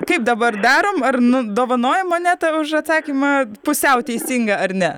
kaip dabar darom ar nu dovanojam monetą už atsakymą pusiau teisingą ar ne